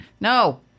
No